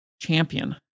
champion